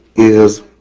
is